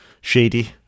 shady